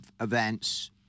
events